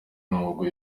n’ubwo